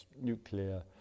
Nuclear